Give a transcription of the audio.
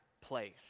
place